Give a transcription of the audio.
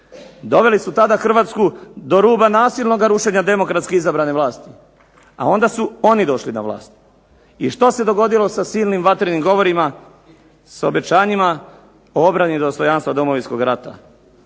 Doveli su tada Hrvatsku do ruba nasilnoga rušenja demokratski izabrane vlasti, a onda su oni došli na vlast. I što se dogodilo sa silnim vatrenim govorima, sa obećanjima o obrani dostojanstva Domovinskog rata?